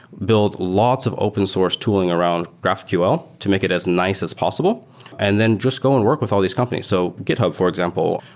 build lots of open source tooling around graphql will to make it as nice as possible and then just go and work with all these company. so github, for example,